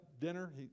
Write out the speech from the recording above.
dinner